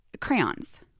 crayons